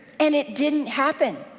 and it didn't happen,